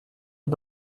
est